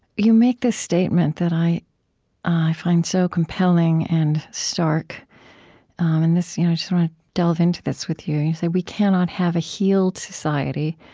you make this statement that i i find so compelling and stark and this you know delve into this with you. you say we cannot have a healed society,